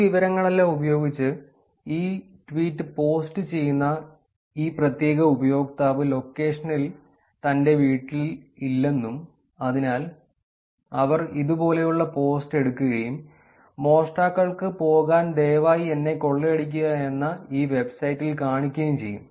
ഈ വിവരങ്ങളെല്ലാം ഉപയോഗിച്ച് ഈ ട്വീറ്റ് പോസ്റ്റ് ചെയ്യുന്ന ഈ പ്രത്യേക ഉപയോക്താവ് ലൊക്കേഷനിൽ തന്റെ വീട്ടിലില്ലെന്നും അതിനാൽ അവർ ഇതുപോലെ ഉള്ള പോസ്റ്റ് എടുക്കുകയും മോഷ്ടാക്കൾക്ക് പോകാൻ ദയവായി എന്നെ കൊള്ളയടിക്കുക എന്ന ഈ വെബ്സൈറ്റിൽ കാണിക്കുകയും ചെയ്യും